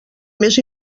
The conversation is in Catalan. més